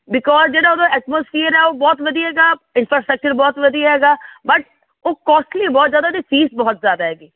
because ਜਿਹੜਾ ਉਹਦਾ atmosphere ਆ ਉਹ ਬਹੁਤ ਵਧੀਆ ਹੈਗਾ ਇੰਨਫਰਾਸਟਕਚਰ ਬਹੁਤ ਵਧੀਆ ਹੈਗਾ ਬਟ ਉਹ ਕੋਸਟਲੀ ਬਹੁਤ ਜ਼ਿਆਦਾ ਉਹਦੀ ਫੀਸ ਬਹੁਤ ਜ਼ਿਆਦਾ ਹੈਗੀ